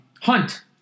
Hunt